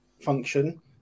function